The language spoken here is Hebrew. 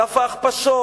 על אף ההכפשות,